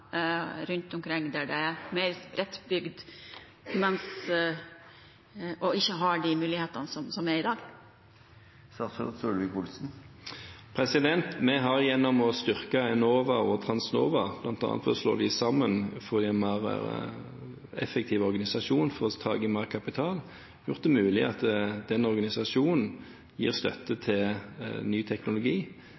rundt omkring der det er mer spredt bygd og man ikke har de mulighetene som er i dag? Vi har gjennom å styrke Enova og Transnova – bl.a. ved å slå dem sammen og få en mer effektiv organisasjon for å få inn mer kapital – gjort det mulig ved at den organisasjonen gir støtte